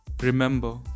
Remember